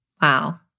Wow